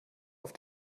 auf